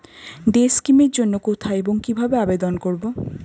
Day scheme এর জন্য কোথায় এবং কিভাবে আবেদন করব?